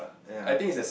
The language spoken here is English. ya